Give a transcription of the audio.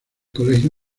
colegio